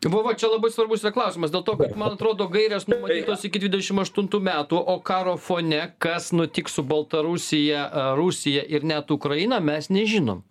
va va čia labai svarbus yra klausimas dėl to kad man atrodo gairės numatytos iki dvidešim aštuntų metų o karo fone kas nutiks su baltarusija rusija ir net ukraina mes nežinom